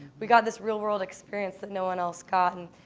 we got this real world experience that no one else got. and